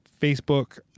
Facebook